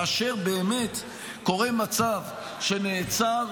כאשר באמת קורה מצב שנעצר,